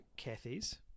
Kathys